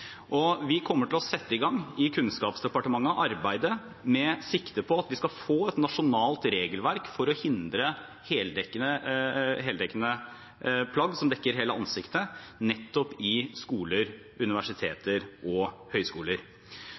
Vi kommer til å sette i gang arbeidet i Kunnskapsdepartementet, med sikte på at vi skal få et nasjonalt regelverk for å hindre bruk av plagg som dekker hele ansiktet, nettopp i skoler, universiteter og høyskoler.